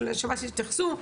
שב"ס התייחסו,